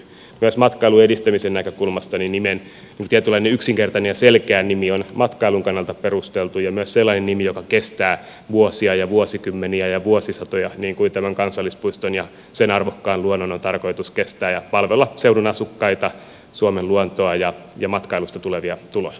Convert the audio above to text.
myös matkailun edistämisen näkökulmasta tietynlainen yksinkertainen ja selkeä nimi on matkailun kannalta perusteltu ja myös sellainen nimi joka kestää vuosia ja vuosikymmeniä ja vuosisatoja niin kuin tämän kansallispuiston ja sen arvokkaan luonnon on tarkoitus kestää ja palvella seudun asukkaita suomen luontoa ja matkailusta tulevia tuloja